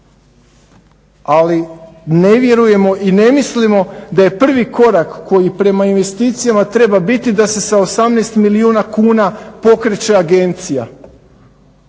ali ne vjerujemo i ne mislim da je prvi korak koji prema investicijama treba biti da se sa 18 milijuna kuna pokreće agencija.